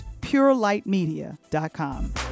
purelightmedia.com